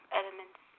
elements